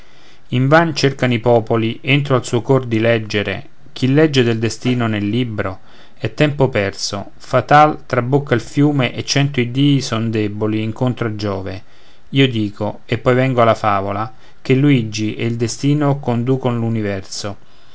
invan cercano i popoli entro al suo cor di leggere chi legge del destino nel libro è tempo perso fatal trabocca il fiume e cento iddii son deboli incontro a giove io dico e poi vengo alla favola che luigi e il destino conducon